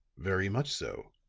very much so,